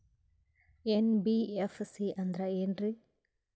NBFC ಅಂದ್ರ ಏನ್ರೀ?